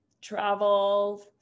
travel